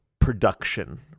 production